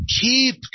Keep